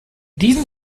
diesem